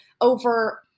over